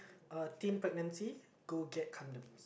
uh teen pregnancy go get condoms